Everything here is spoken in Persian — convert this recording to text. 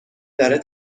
داره